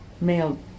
male